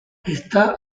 está